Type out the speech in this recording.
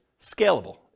scalable